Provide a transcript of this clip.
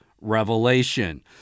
Revelation